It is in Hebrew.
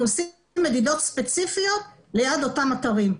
עושים מדידות ספציפיות ליד אותם אתרים.